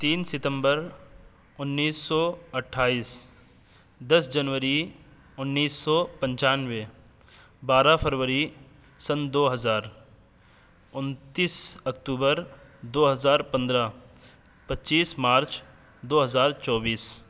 تین ستمبر انیس سو اٹھائیس دس جنوری انیس سو پچانوے بارہ فروری سن دو ہزار انتس اکتوبر دو ہزار پندرہ پچیس مارچ دو ہزار چوبیس